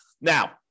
Now